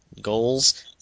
Goals